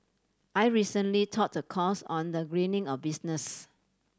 I recently taught a course on the greening of business